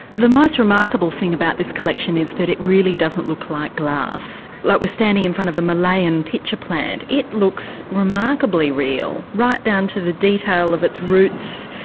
the most remarkable thing about this collection is that it really doesn't look like glass. we're standing in front of a malayan pitcher plant. it looks remarkably real, right down to the detail of its roots,